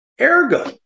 ergo